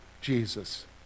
Jesus